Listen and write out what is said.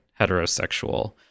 heterosexual